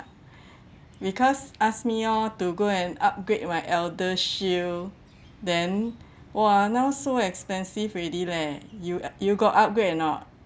because ask me oh to go and upgrade my ElderShield then !wah! now so expensive already leh you you got upgrade or not